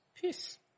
Peace